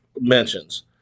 mentions